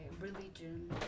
religion